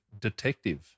detective